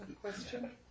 question